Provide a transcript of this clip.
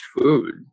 food